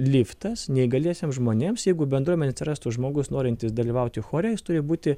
liftas neįgaliesiems žmonėms jeigu bendruomenėj atsirastų žmogus norintis dalyvauti chore turi būti